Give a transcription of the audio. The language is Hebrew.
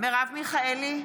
מרב מיכאלי,